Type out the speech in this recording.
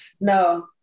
No